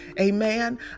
Amen